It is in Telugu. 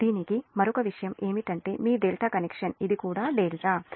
దీనికి మరొక చివరి విషయం ఏమిటంటే మీ ∆ కనెక్షన్ ఇది కూడా ∆